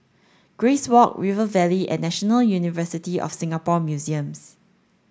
Grace Walk River Valley and National University of Singapore Museums